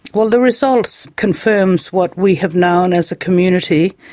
well, the results confirm what we have known as a community.